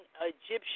Egyptian